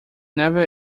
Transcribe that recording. never